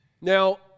Now